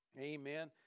Amen